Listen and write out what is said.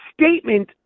statement